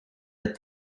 but